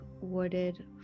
wooded